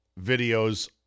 videos